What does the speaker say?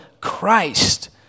Christ